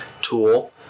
tool